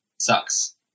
sucks